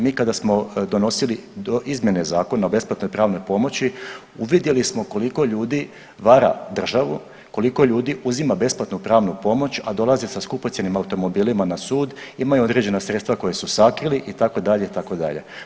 Mi kada smo donosili izmjene Zakona o besplatnoj pravnoj pomoći uvidjeli smo koliko ljudi vara državu, koliko ljudi uzima besplatnu pravnu pomoć a dolazi sa skupocjenim automobilima na sud, imaju određena sredstva koja su sakrili itd. itd.